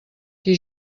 qui